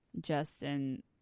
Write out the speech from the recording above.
Justin